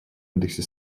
индексе